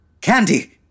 Candy